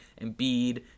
Embiid